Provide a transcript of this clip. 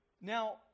Now